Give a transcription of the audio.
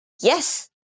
yes